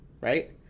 right